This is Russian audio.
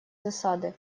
засады